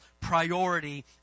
priority